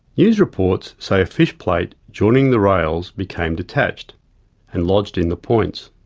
news reports say a fish plate joining the rails became detached and lodged in the points.